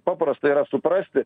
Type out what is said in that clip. paprasta yra suprasti